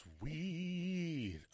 sweet